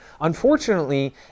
unfortunately